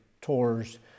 tours